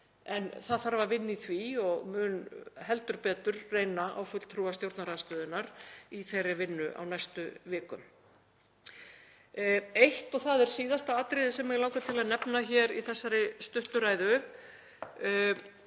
En það þarf að vinna í því og mun heldur betur reyna á fulltrúa stjórnarandstöðunnar í þeirri vinnu á næstu vikum. Síðasta atriðið sem mig langar að nefna hér í þessari stuttu ræðu